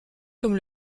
comme